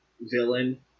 villain